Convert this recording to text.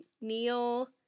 Neil